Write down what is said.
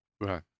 right